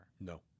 No